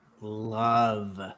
love